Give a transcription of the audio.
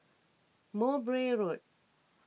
Mowbray Road